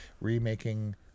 remaking